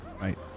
Right